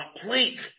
complete